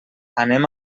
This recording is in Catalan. anem